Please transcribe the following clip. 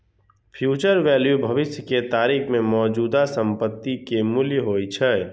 future value भविष्य के तारीख मे मौजूदा संपत्ति के मूल्य होइ छै